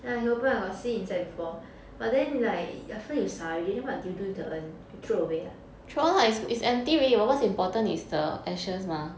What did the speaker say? ya can open I got see inside before but then like after you 撒 already then what do you do with the urn you throw away ah